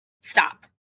stop